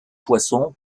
poisson